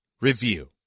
review